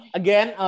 again